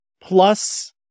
plus